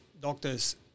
doctors